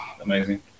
amazing